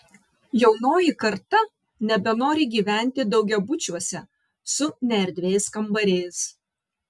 jaunoji karta nebenori gyventi daugiabučiuose su neerdviais kambariais